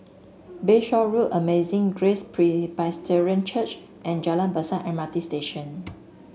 Bayshore Road Amazing Grace Presbyterian Church and Jalan Besar M R T Station